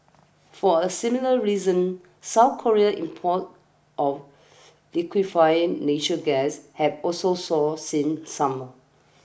for a similar reasons South Korea's imports of liquefied nature gas have also soared since summer